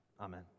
Amen